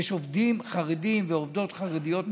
יש עובדים חרדים ועובדות חרדיות מצוינים,